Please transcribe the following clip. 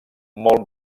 molt